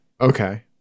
Okay